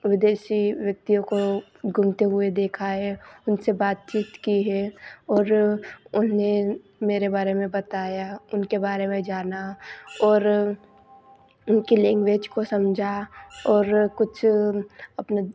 विदेशी व्यक्तियो को घूमते हुए देखा है उनसे बातचीत की है और उन्हें मेरे बारे में बताया उनके बारे में जाना और उनके लैंग्वेज को समझा और कुछ अपने